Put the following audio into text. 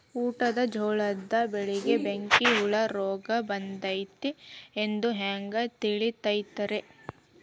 ಊಟದ ಜೋಳದ ಬೆಳೆಗೆ ಬೆಂಕಿ ಹುಳ ರೋಗ ಬಂದೈತಿ ಎಂದು ಹ್ಯಾಂಗ ತಿಳಿತೈತರೇ?